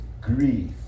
grief